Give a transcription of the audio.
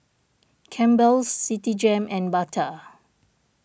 Campbell's Citigem and Bata